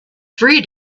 three